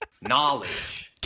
knowledge